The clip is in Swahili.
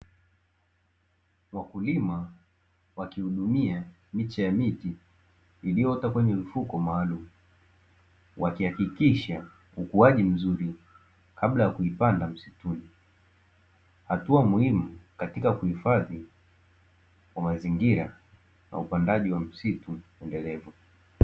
Wakulima wakihudumia miche ya miti iliyoota kwenye mifuko maalumu, wakihakikisha ukuaji mzuri kabla ya kuipanda msituni; hatua muhimu katika uhifadhi wa mazingira na upandaji wa misitu endelevu.